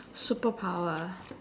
superpower